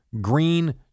green